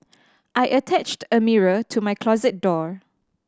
I attached a mirror to my closet door